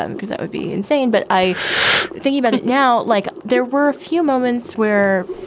ah and because that would be insane. but i think you but it now, like there were a few moments where,